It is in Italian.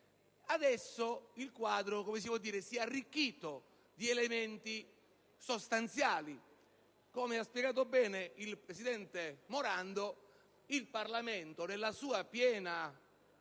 Adesso, si è arricchito di elementi sostanziali. Come ha spiegato bene il senatore Morando, il Parlamento, nella sua piena